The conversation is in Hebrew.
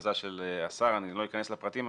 הכרזה של השר אני לא אכנס לפרטים,